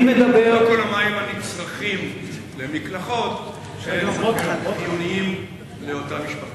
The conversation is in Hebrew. לא כל המים הנצרכים למקלחות הם חיוניים לאותה משפחה.